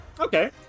Okay